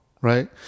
right